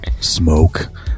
Smoke